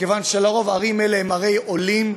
מכיוון שעל-פי רוב ערים אלה הן ערי עולים,